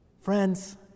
Friends